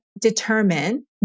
determine